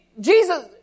Jesus